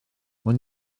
maen